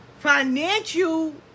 financial